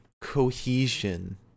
cohesion